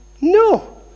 No